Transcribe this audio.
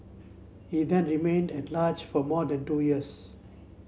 he then remained at large for more than two years